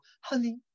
Honey